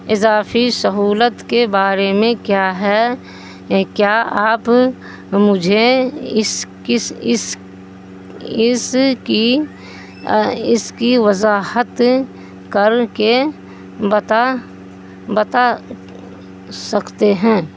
اضافی سہولت کے بارے میں کیا ہے کیا آپ مجھے اس کس اس اس کی اس کی وضاحت کر کے بتا بتا سکتے ہیں